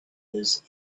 his